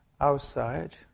outside